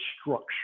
structure